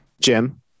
Jim